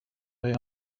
day